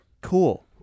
Cool